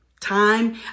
Time